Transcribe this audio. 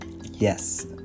Yes